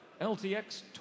LTX